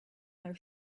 their